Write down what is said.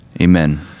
Amen